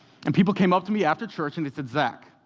and people came up to me after church, and they said, zach,